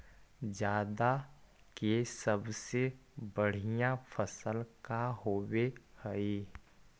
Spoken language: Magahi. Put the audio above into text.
जादा के सबसे बढ़िया फसल का होवे हई?